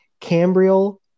Cambriel